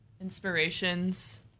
Inspirations